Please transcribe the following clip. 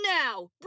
now